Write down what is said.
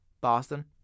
Boston